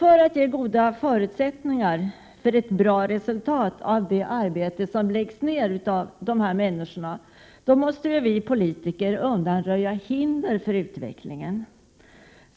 För att ge goda förutsättningar och få ett bra resultat av det arbete som läggs ner av dessa människor måste vi politiker undanröja hinder för utvecklingen.